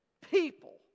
people